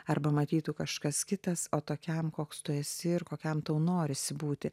arba matytų kažkas kitas o tokiam koks tu esi ir kokiam tau norisi būti